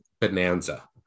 bonanza